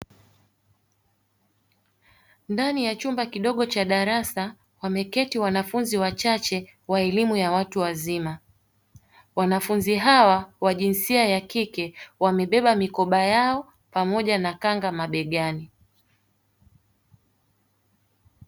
Ndani ya chumba kidogo cha darasa wameketi wanafunzi wachache wa elimu ya watu wazima, wanafunzi hawa wa jinsia ya kike wamebeba mikoba yao pamoja na kanga mabegani.